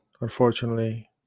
unfortunately